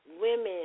women